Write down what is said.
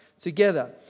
together